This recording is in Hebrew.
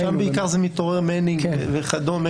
שם בעיקר מתעורר מנינג וכדומה.